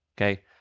Okay